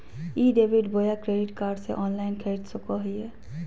ई debit बोया credit card से online खरीद सको हिए?